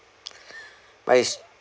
but it's